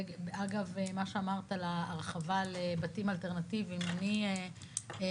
אגב מה שאמרת על ההרחבה על בתים אלטרנטיביים --- מאזנים.